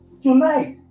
Tonight